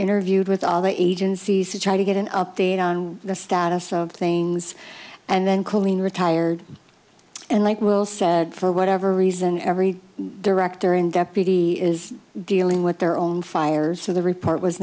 interviewed with all the agencies to try to get an update on the status of things and then colleen retired and like will said for whatever reason every director and deputy is dealing with their own fires so the report was